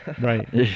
Right